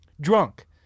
drunk